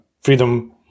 freedom